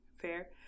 fair